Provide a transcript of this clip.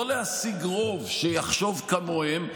לא להשיג רוב שיחשוב כמוהם,